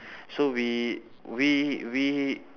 so we we we